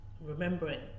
remembering